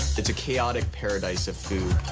it's a chaotic paradise of food.